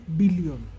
billion